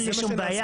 אין לי שום בעיה.